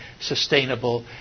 sustainable